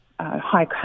high